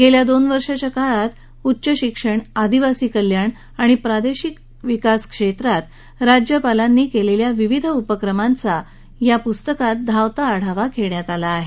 गेल्या दोन वर्षांच्या काळात उच्च शिक्षण आदिवासी कल्याण आणि प्रादेशिक विकास क्षेत्रात राज्यपालांनी केलेल्या वेगवेगळया उपक्रमांचा या पुस्तकात धावता आढावा घेण्यात आला आहे